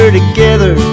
together